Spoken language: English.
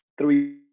Three